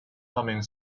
humming